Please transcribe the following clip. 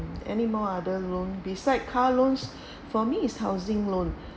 anymore other loan beside car loans for me is housing loan